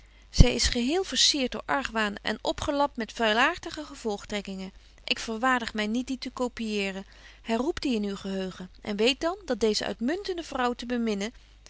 zy is geheel versierd door argwaan en opgelapt met vuilaartige gevolgtrekkingen ik verwaardig my niet die te copieeren herroep die in uw geheugen en weet dan dat deeze uitmuntende vrouw te beminnen